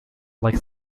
like